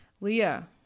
Leah